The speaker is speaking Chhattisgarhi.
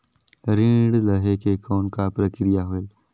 ऋण लहे के कौन का प्रक्रिया होयल?